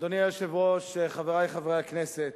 אדוני היושב-ראש, חברי חברי הכנסת,